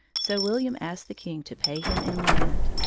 so william asked the king to pay him in land.